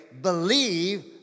believe